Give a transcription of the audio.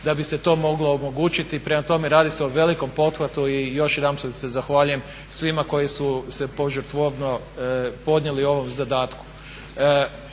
da bi se to moglo omogućiti. Prema tome, radi se o velikom pothvatu i još jedanput se zahvaljujem svima koji su se požrtvovno podnijeli ovom zadatku.